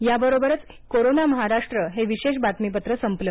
याबरोबरच कोरोना महाराष्ट्र हे विशेष बातमीपत्र संपलं